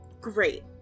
Great